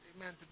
amen